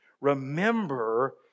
Remember